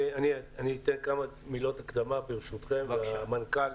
אני אתן כמה מילות הקדמה, ברשותכם, והמנכ"ל